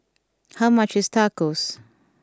how much is Tacos